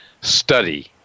study